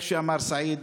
איך שאמר סעיד,